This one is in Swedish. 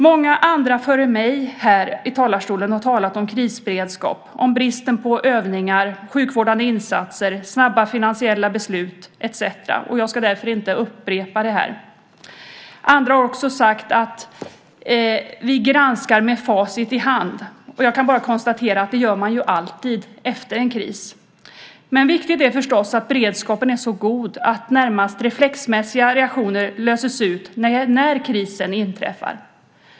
Många andra före mig har här i talarstolen talat om krisberedskap, om bristen på övningar, sjukvårdande insatser, snabba finansiella beslut etcetera. Jag ska därför inte upprepa det här. Andra har också sagt att vi granskar med facit i hand. Jag kan bara konstatera att det gör man ju alltid efter en kris. Men viktigt är förstås att beredskapen är så god att närmast reflexmässiga reaktioner löses ut när krisen inträffar.